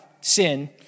sin